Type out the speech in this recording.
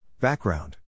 Background